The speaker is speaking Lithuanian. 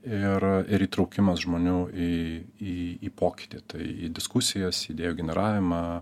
ir ir įtraukimas žmonių į į į pokytį tai į diskusijas idėjų generavimą